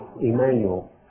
Emmanuel